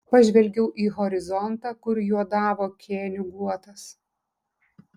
pažvelgiau į horizontą kur juodavo kėnių guotas